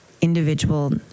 individual